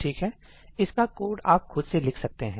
ठीक है इसका कोड आप खुद से लिख सकते है